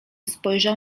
spojrzał